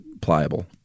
pliable